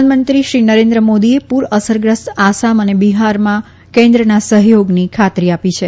પ્રધાનમંત્રીશ્રી નરેન્દ્ર મોદીએ પૂર અસરગ્રસ્ત આસામ અને બિફારમાં કેન્દ્રના સહયોગની ખાતરી આપી છે